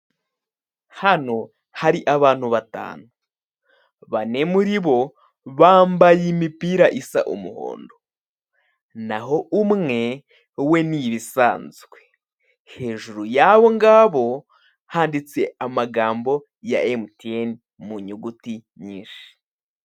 Hano hari abantu batanu bane muri bo bambaye imipira isa umuhondo naho umwe we ni ibisanzwe, hejuru y'abongabo handitse amagambo ya emutiyene mu nyuguti nyinshi.